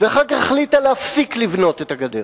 ואחר כך החליטה להפסיק לבנות את הגדר,